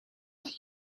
that